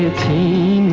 tea